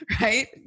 right